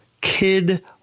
kid